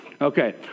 Okay